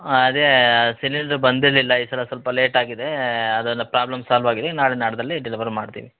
ಹಾಂ ಅದೆ ಸಿಲಿಂಡ್ರ್ ಬಂದಿರಲಿಲ್ಲ ಈ ಸಲ ಸ್ವಲ್ಪ ಲೇಟ್ ಆಗಿದೆ ಅದೆಲ್ಲ ಪ್ರಾಬ್ಲಮ್ ಸಾಲ್ವ್ ಆಗಿದೆ ನಾಳೆ ನಾಡಿದ್ದಲ್ಲಿ ಡೆಲಿವರ್ ಮಾಡ್ತೀವಿ